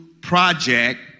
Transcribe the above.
project